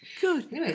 Good